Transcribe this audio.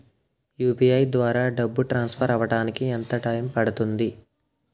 UPI ద్వారా డబ్బు transfer అవ్వడానికి ఎంత టైం పడుతుంది?